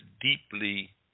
deeply